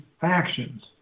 factions